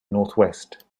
northwest